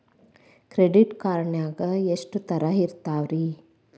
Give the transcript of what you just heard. Credit card ನಾಗ ಎಷ್ಟು ತರಹ ಇರ್ತಾವ್ರಿ?